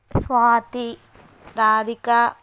Swathi Radhika